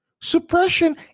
suppression